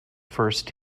first